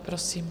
Prosím.